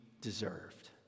deserved